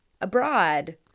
abroad